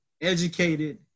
educated